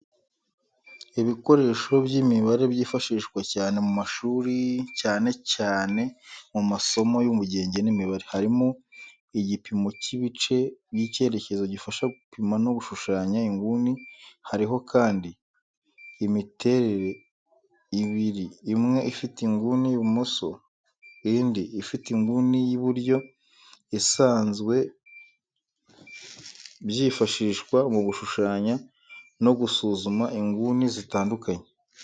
Ibikoresho by'imibare byifashishwa cyane mu mashuri cyane cyane mu masomo y'ubugenge n'imibare. Harimo igipimo cy'ibice by'icyerekezo gifasha gupima no gushushanya inguni. Hariho kandi imiterere ibiri imwe ifite inguni y'ibumoso indi ifite inguni y'iburyo isanzwe byifashishwa mu gushushanya no gusuzuma inguni zitandukanye.